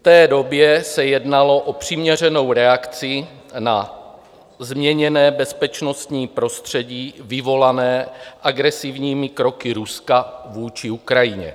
V té době se jednalo o přiměřenou reakci na změněné bezpečnostní prostředí vyvolané agresivními kroky Ruska vůči Ukrajině.